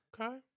Okay